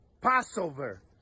Passover